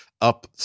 up